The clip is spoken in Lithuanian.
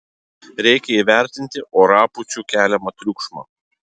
reikia įvertinti orapūčių keliamą triukšmą